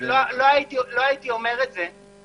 לא הייתי אומר את זה,